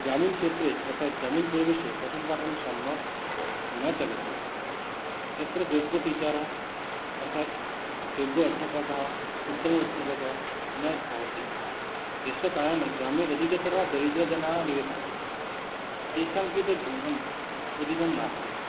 ग्रामीणक्षेत्रे अर्थात् ग्रामीणपरिवेशे पठनं पाठनं सम्यक् न चलति तत्र योग टिचारा अर्थात् योग अध्यापकः उत्तम अध्यापक न भवति यस्य कारणे ग्रामे अधिकतरा दरिद्रजनाः निवसन्ति तेषां कृते धनम् अधिकं नास्ति